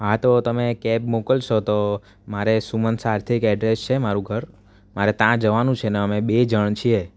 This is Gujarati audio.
હા તો તમે કેબ મોકલશો તો મારે સુમન સાર્થિક એડ્રેસ છે મારૂં ઘર મારે ત્યાં જવાનું છે અને અમે બે જણ છીએ